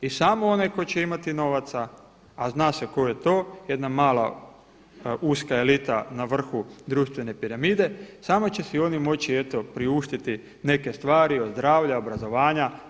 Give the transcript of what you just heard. I samo onaj tko će imati novaca, a zna se tko je to, jedna mala uska elita na vrhu društvene piramide, samo će si oni moći eto priuštiti neke stvari od zdravlja, obrazovanja.